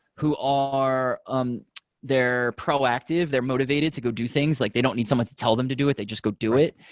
who um they're proactive. they're motivated to go do things, like they don't need someone to tell them to do it. they just go do it.